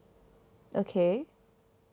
okay